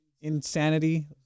insanity